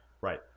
right